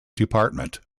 department